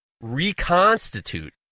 reconstitute